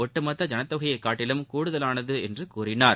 ஒட்டுமொத்த ஜனத்தொகையை காட்டிலும் கூடுதலானது என்று கூறினார்